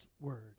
word